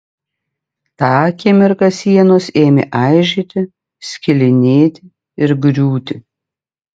tą akimirką sienos ėmė aižėti skilinėti ir griūti